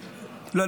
לא.